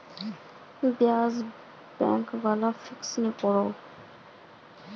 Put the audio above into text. ब्याज़ बैंक वाला फिक्स नि करोह